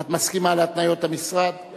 את מסכימה להתניות המשרד?